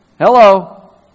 Hello